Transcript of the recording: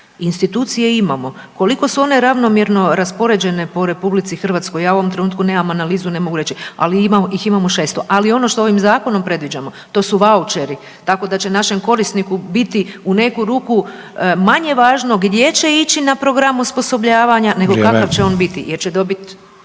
Institucije imamo, koliko su one ravnomjerno raspoređene po RH ja u ovom trenutku nemam analizu ne mogu reći, ali ih imamo 600, ali ono što ovim zakonom predviđamo, to su vaučeri. Tako da će našem korisniku biti u neku ruku manje važno gdje će ići na program osposobljavanja …/Upadica: Vrijeme./… nego kakav će on biti jer će dobiti